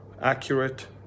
accurate